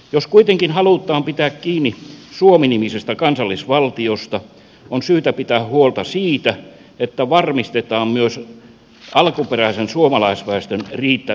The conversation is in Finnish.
jos kuitenkin halutaan pitää kiinni suomi nimisestä kansallisvaltiosta on syytä pitää huolta siitä että varmistetaan myös alkuperäisen suomalaisväestön riittävä lisääntyminen